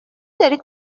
دارین